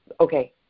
Okay